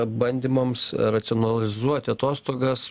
bandymams racionalizuoti atostogas